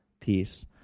peace